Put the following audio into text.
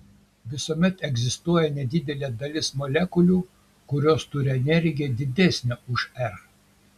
visuomet egzistuoja nedidelė dalis molekulių kurios turi energiją didesnę už r